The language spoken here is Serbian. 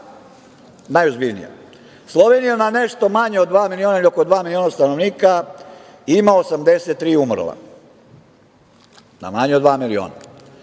najozbiljnija. Slovenija na nešto manje od dva miliona, ili oko dva miliona stanovnika ima 83 umrla. Dakle, na manje od dva miliona.